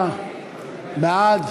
103 בעד,